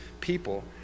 people